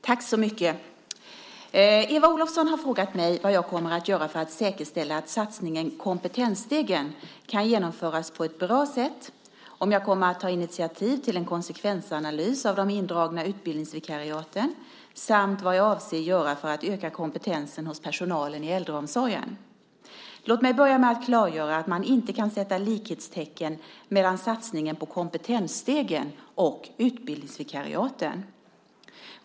Herr talman! Eva Olofsson har frågat mig vad jag kommer att göra för att säkerställa att satsningen Kompetensstegen kan genomföras på ett bra sätt, om jag kommer att ta initiativ till en konsekvensanalys av de indragna utbildningsvikariaten samt vad jag avser att göra för att öka kompetensen hos personalen i äldreomsorgen. Låt mig börja med att klargöra att man inte kan sätta likhetstecken mellan satsningen på Kompetensstegen och utbildningsvikariaten.